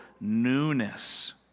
newness